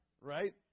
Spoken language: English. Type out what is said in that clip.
right